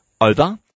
over